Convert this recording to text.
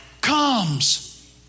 comes